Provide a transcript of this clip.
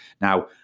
Now